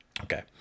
Okay